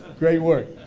great work.